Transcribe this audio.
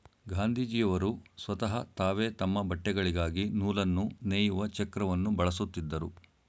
ಗಾಂಧೀಜಿಯವರು ಸ್ವತಹ ತಾವೇ ತಮ್ಮ ಬಟ್ಟೆಗಳಿಗಾಗಿ ನೂಲು ನೇಯುವ ಚಕ್ರವನ್ನು ಬಳಸುತ್ತಿದ್ದರು